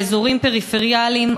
באזורים פריפריאליים,